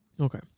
Okay